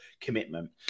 commitment